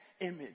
image